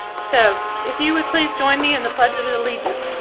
so if you would please join me in the pledge of and allegiance.